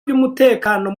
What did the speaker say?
by’umutekano